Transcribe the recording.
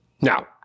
Now